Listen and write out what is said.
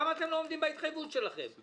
למה אתם לא עומדים בהתחייבות שלכם?